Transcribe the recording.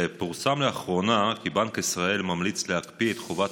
פורסם לאחרונה כי בנק ישראל ממליץ להקפיא את חובת